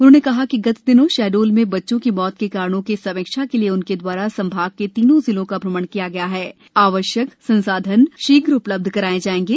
उन्होने कहा कि गत दिनों शहडोल में बच्चों की मौत के कारणों की समीक्षा के लिए उनके दवारा संभाग के तीनों जिलों का भ्रमण किया गया हथ़ आवश्यक संसाधन शीघ्र उपलब्ध कराये जाएंगे